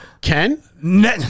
Ken